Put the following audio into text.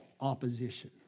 opposition